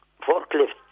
forklift